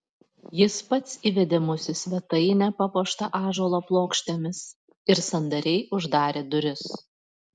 jis pats įvedė mus į svetainę papuoštą ąžuolo plokštėmis ir sandariai uždarė duris